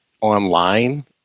online